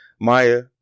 Maya